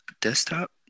desktop